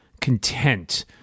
content